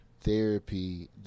therapy